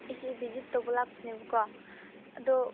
ꯑꯩꯁꯦ ꯚꯤꯖꯤꯠ ꯇꯧꯕ ꯂꯥꯛꯄꯅꯦꯕꯀꯣ ꯑꯗꯣ